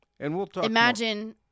Imagine